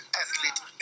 athlete